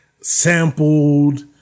sampled